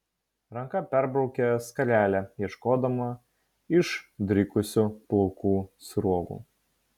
ranka perbraukė skarelę ieškodama išdrikusių plaukų sruogų